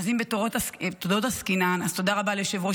אז אם בתודות עסקינן אז תודה רבה ליושב-ראש